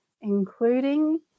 including